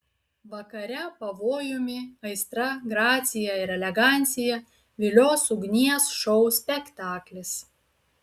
vakare pavojumi aistra gracija ir elegancija vilios ugnies šou spektaklis